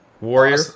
warrior